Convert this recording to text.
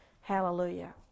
Hallelujah